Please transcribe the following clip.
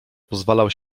pozwalał